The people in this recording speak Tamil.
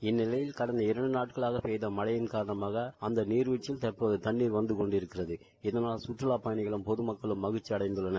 இந்நிலையில் ஷடந்த இரண்டு நாட்களாக பெய்த மழை காரணமாக அந்த நீர்வீழ்ச்சியில் தற்போது தண்ணீர் வந்து கொண்டிருக்கிறது இதனால் கற்றவாட் பயனிகளும் பொதமக்களும் மகிழ்ச்சி அடைந்தள்ளனர்